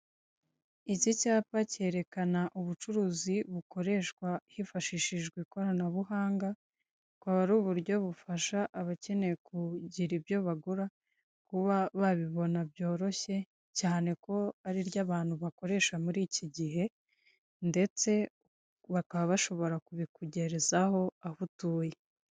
Icyi cyapa kerekana ubucuruzi bukoreshwa hifashishijwe ikoranabuhanga. Bukaba ari uburyo bufasha abakeneye kugira ibyo bagura kuba babibona byoroshye cyane ko ariryo abantu bakoresha muri icyi gihe ndetse bakaba bashobora kubikugerezaho aho utuye.